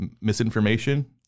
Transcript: misinformation